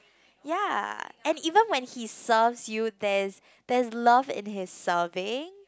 ya and even when he serves you there is there's love in his serving